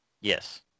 Yes